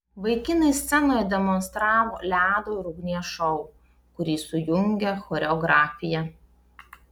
vaikinai scenoje demonstravo ledo ir ugnies šou kurį sujungė choreografija